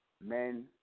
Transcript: men